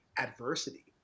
adversity